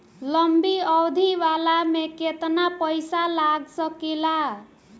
लंबी अवधि वाला में केतना पइसा लगा सकिले?